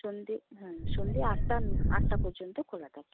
সন্ধ্যে হুম সন্ধ্যে আটটা আটটা পর্যন্ত খোলা থাকে